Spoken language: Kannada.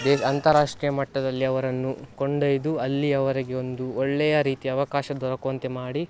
ದೇಶ ಅಂತರಾಷ್ಟ್ರೀಯ ಮಟ್ಟದಲ್ಲಿಅವರನ್ನು ಕೊಂಡೊಯ್ದು ಅಲ್ಲಿ ಅವರಿಗೆ ಒಂದು ಒಳ್ಳೆಯ ರೀತಿ ಅವಕಾಶ ದೊರಕುವಂತೆ ಮಾಡಿ